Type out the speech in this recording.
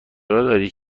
دارید